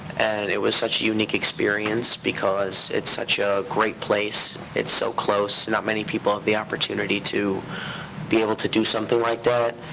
and it was such a unique experience, because it's such a great place. it's so close. not many people have the opportunity to be able to do something like that.